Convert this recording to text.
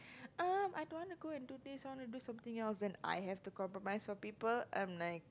I don't want to go and do this I want to do something else then I have to compromise for people I'm like